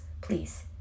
please